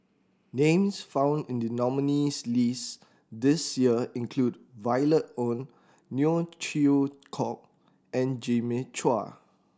names found in the nominees' list this year include Violet Oon Neo Chwee Kok and Jimmy Chua